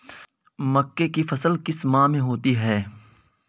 मक्के की फसल किस माह में होती है?